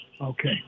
Okay